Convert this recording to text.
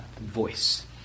voice